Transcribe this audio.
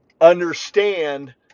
Understand